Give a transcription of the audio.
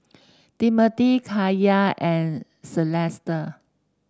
Timmothy Kaya and Celesta